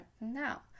now